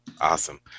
Awesome